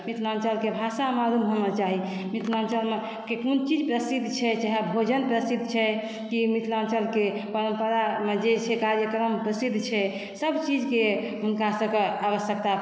मिथिलाञ्चलके भाषा मालुम होना चाही मिथिलाञ्चलमे कोन चीज प्रसिद्ध छै चाहे भोजन प्रसिद्ध छे की मिथिलाञ्चलके परम्परामे जे छै कार्यक्रम प्रसिद्ध छै सभ चीजक हुनका सभके आवश्यकता